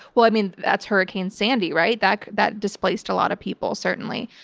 well i mean, that's hurricane sandy, right? that that displaced a lot of people, certainly.